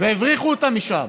והבריחו אותם משם